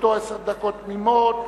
לרשותו עשר דקות תמימות.